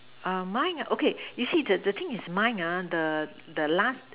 err mine okay you see the the thing is mine ah the the last